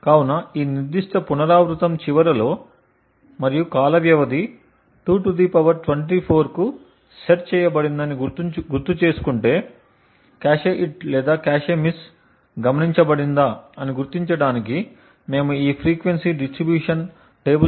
కాబట్టి ఈ నిర్దిష్ట పునరావృతం చివరలో మరియు కాల వ్యవధి 224 కు సెట్ చేయబడిందని గుర్తుచేసుకుంటే కాష్ హిట్ లేదా కాష్ మిస్ గమనించబడిందా అని గుర్తించడానికి మేము ఈ ఫ్రీక్వెన్సీ డిస్ట్రిబ్యూషన్ టేబుల్లను ఉపయోగిస్తాము